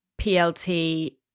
PLT